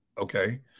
okay